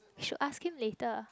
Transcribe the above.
should ask him later